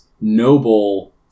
noble